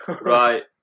Right